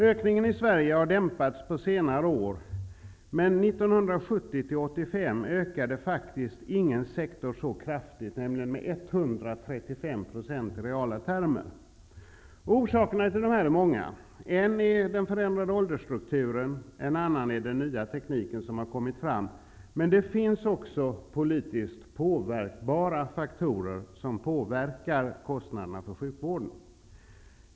Ökningen i Sverige har dämpats på senare år, men 1970--1985 ökade faktiskt ingen sektor så kraftigt, nämligen med 135 % i reala termer. Orsakerna till detta är många. En är den förändrade åldersstrukturen. En annan är den nya teknik som har kommit fram. Men det finns också politiskt påverkbara faktorer som påverkar kostnaderna för sjukvården.